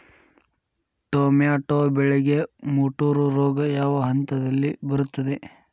Tomato ಬೆಳೆಗೆ ಮುಟೂರು ರೋಗ ಯಾವ ಹಂತದಲ್ಲಿ ಬರುತ್ತೆ?